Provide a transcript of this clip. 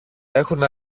έχουν